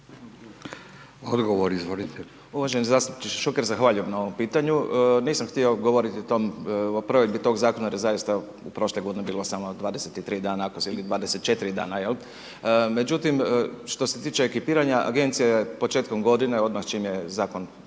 **Cerovac, Mladen** Uvaženi zastupniče Šuker, zahvaljujem na ovom pitanju. Nisam htio govoriti o provedbi tog zakona jer je zaista u prošloj godini bilo samo 23 dana ili 24 dana, jel, međutim, što se tiče ekipiranja agencija je početkom godine, odmah čim je zakon